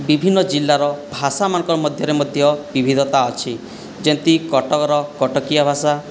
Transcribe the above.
ବିଭିନ୍ନ ଜିଲ୍ଲାର ଭାଷାମାନଙ୍କର ମଧ୍ୟରେ ମଧ୍ୟ ବିବିଧତା ଅଛି ଯେମିତି କଟକର କଟକିଆ ଭାଷା